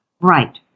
Right